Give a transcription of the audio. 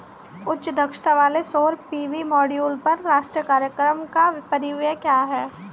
उच्च दक्षता वाले सौर पी.वी मॉड्यूल पर राष्ट्रीय कार्यक्रम का परिव्यय क्या है?